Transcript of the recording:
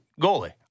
goalie